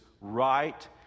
right